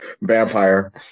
vampire